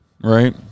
Right